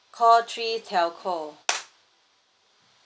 call three telco